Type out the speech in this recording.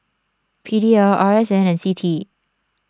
P D L R S N and C T E